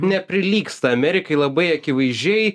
neprilygsta amerikai labai akivaizdžiai